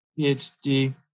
PhD